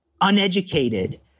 uneducated